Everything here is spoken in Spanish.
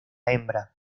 hembra